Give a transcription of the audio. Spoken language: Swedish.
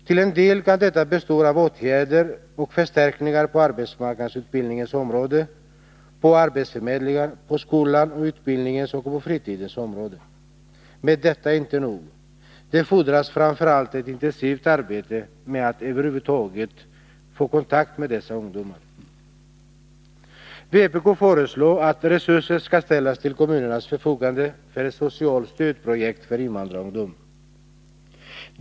Till en del kan detta bestå av åtgärder och förstärkningar på arbetsmarknadsutbildningens område, på arbetsförmedlingar, på skolans, utbildningens och fritidens områden. Men detta är inte nog. Det fordras framför allt ett intensivt arbete för att över huvud taget få kontakt med dessa ungdomar. Vpk föreslår att resurser skall ställas till kommunernas förfogande för ett socialt stödprojekt för invandrarungdom.